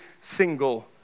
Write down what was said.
single